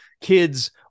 kids